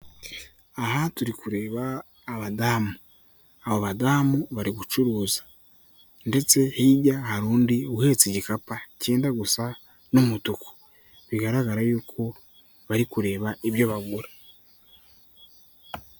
Aha turi kureba abadamu, abo badamu bari gucuruza ndetse hirya hari undi uhetse igikapu cyenda gusa n'umutuku, bigaragara y'uko bari kureba ibyo bagura.